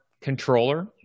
controller